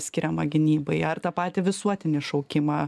skiriamą gynybai ar tą patį visuotinį šaukimą